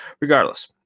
regardless